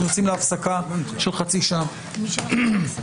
הישיבה נעולה.